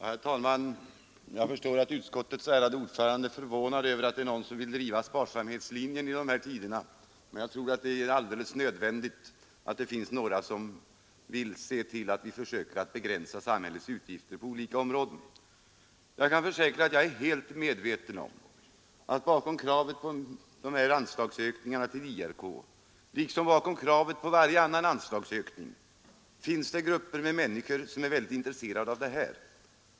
Herr talman! Jag förstår att utskottets ärade ordförande är förvånad över att det är någon som vill driva sparsamhetslinjen i dessa tider, men jag tror att det är alldeles nödvändigt att det finns några som ser till att vi försöker begränsa samhällets utgifter på olika områden. Jag kan försäkra att jag är helt medveten om att det bakom kravet på dessa anslagsökningar till IRK liksom bakom kravet på varje annan anslagsökning finns grupper av människor som är mycket intresserade av verksamheten i fråga.